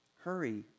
Hurry